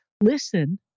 Listen